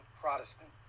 protestant